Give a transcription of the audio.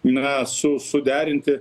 na su suderinti